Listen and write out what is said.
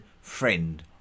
friend